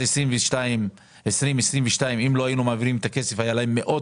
2022. אמרו לי ראשי הרשויות האלה שאם לא היינו מעבירים להן את הכסף,